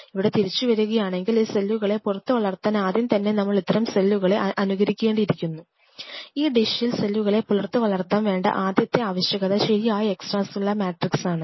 ഇവിടെ തിരിച്ചു വരികയാണെങ്കിൽ ഈ സെല്ലുകളെ പുറത്തു വളർത്താൻ ആദ്യം തന്നെ നമ്മൾ ഇത്തരം സെല്ലുകളെ അനുകരിക്കേകേണ്ടിയിരിക്കുന്നു ഈ ഡിഷിൽ സെല്ലുകളെ പുറത്ത് വളർത്താൻ വേണ്ട ആദ്യത്തെ ആവശ്യകത ശരിയായ എക്സ്ട്രാ സെല്ലുലാർ മാട്രിക്സ് ആണ്